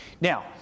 Now